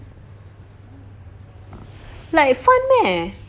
like fun meh he doesn't get to interact you know with the pet